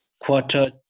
quarter